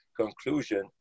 conclusion